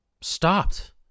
stopped